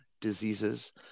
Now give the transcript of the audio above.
diseases